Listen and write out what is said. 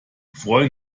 freuen